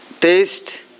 taste